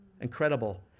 incredible